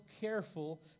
careful